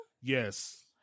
Yes